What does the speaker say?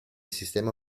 sistema